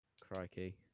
crikey